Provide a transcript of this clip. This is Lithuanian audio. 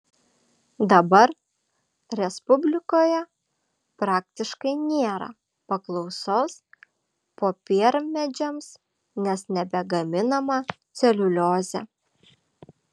dabar respublikoje praktiškai nėra paklausos popiermedžiams nes nebegaminama celiuliozė